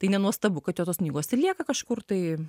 tai nenuostabu kad jo tos knygos lieka kažkur tai